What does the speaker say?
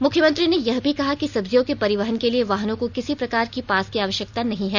मुख्यमंत्री ने यह भी कहा कि सब्जियों के परिवहन के लिए वाहनों को किसी प्रकार की पास की आवष्यकता नहीं है